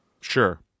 Sure